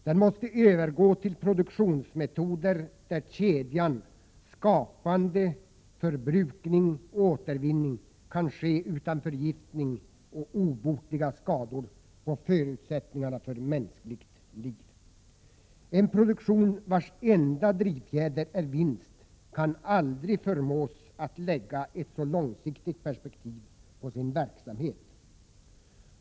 Den måste övergå till produktionsmetoder där kedjan skapande-förbrukningåtervinning kan ske utan förgiftning och obotliga skador på förutsättningarna för mänskligt liv. En produktion vars enda drivfjärder är vinst kan aldrig förmås att lägga ett så långsiktigt perspektiv på sin verksamhet.